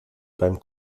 beim